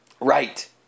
Right